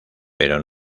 pero